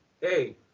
hey